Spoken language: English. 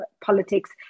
politics